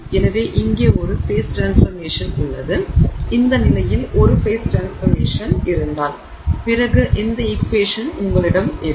எனவே இங்கே ஒரு ஃபேஸ் ட்ரான்ஸ்ஃபர்மேஷன் உள்ளது இந்த நிலையில் ஒரு ஃபேஸ் ட்ரான்ஸ்ஃபர்மேஷன் இருந்தால் பிறகு இந்த ஈக்வேஷன் உங்களிடம் இருக்கும்